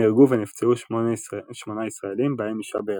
נהרגו ונפצעו שמונה ישראלים, בהם אישה בהריון.